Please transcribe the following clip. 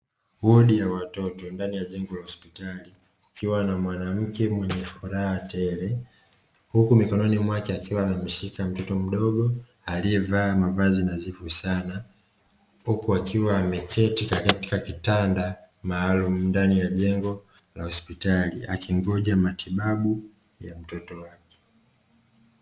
Wodi ya watoto ndani ya jengo la hospitali, kukiwa na mwanamke mwenye furaha tele, huku mikononi mwake akiwa amemshika mtoto mdogo aliyevaa mavazi nadhifu sana, huku akiwa ameketi katika kitanda maalumu ndani ya jengo la hospitali akingoja matibabu ya mtoto wake.